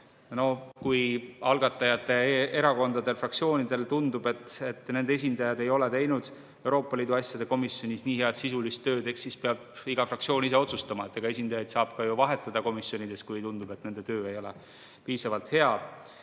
No kui algatajate erakondade fraktsioonidele tundub, et nende esindajad ei ole teinud Euroopa Liidu asjade komisjonis nii head sisulist tööd, eks siis peab iga fraktsioon ise otsustama, esindajaid saab ju ka vahetada komisjonides, kui tundub, et nende töö ei ole piisavalt hea.